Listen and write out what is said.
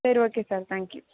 சரி okay sir thank you